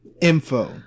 info